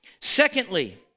Secondly